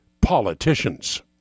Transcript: politicians